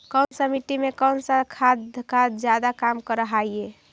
कौन सा मिट्टी मे कौन सा खाद खाद जादे काम कर हाइय?